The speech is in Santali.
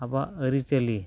ᱟᱵᱚᱣᱟᱜ ᱟᱹᱨᱤᱪᱟᱹᱞᱤ